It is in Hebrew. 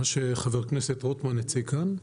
מה שחבר הכנסת רוטמן הציג כאן,